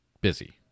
busy